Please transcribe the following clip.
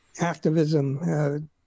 activism